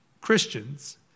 Christians